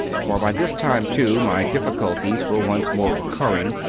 for by this time, too, my dif ficulties were once more recurring,